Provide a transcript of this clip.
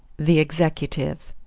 the executive.